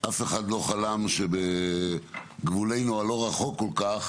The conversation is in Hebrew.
אף אחד לא חלם שבגבולנו הלא רחוק כל כך